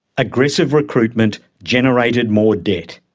aggressive recruitment generated more debt.